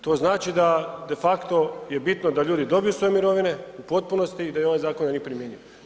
To znači da de facto je bitno da ljudi dobiju svoje mirovine u potpunosti i da je ovaj zakon na njih primjenjiv.